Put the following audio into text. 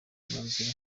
imyanzuro